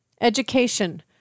education